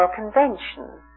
conventions